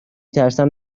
ترسم